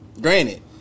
Granted